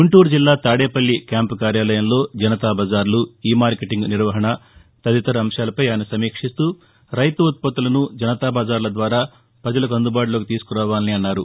గుంటూరు జిల్లా తాదేపల్లి క్యాంపు కార్యాలయంలో జనతా బజార్లు ఈ మార్కెటింగ్ నిర్వహణ తదితర అంశాలపై ఆయన సమీక్షిస్తూ రైతు ఉత్పత్తులను జనతా బజార్ల ద్వారా ప్రజలకు అందుబాటులోకి తీసుకురావాలని అన్నారు